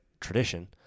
tradition